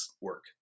work